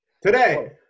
Today